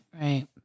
Right